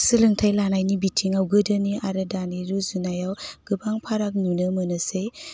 सोलोंथाइ लानायनि बिथिङाव गोदोनि आरो दानि रुजुनायाव गोबां फाराग नुनो मोनोसै